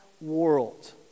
world